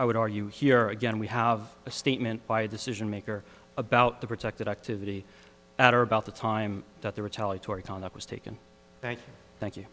i would argue here again we have a statement by a decision maker about the protected activity at or about the time that the retaliatory conduct was taken thank you